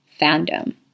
fandom